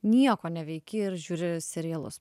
nieko neveiki ir žiūri serialus